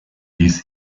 ließ